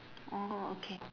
orh okay